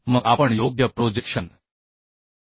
मग आपण योग्य प्रोजेक्शन शोधू